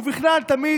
ובכלל, תמיד,